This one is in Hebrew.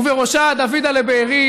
ובראשה דוידל'ה בארי,